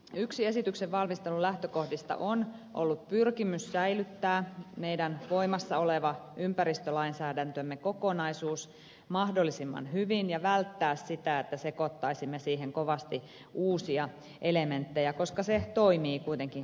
yksi esityksen valmistelun lähtökohdista on ollut pyrkimys säilyttää meidän voimassa oleva ympäristölainsäädäntömme kokonaisuus mahdollisimman hyvin ja välttää sitä että sekoittaisimme siihen kovasti uusia elementtejä koska se toimii kuitenkin kohtuullisen hyvin